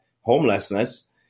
homelessness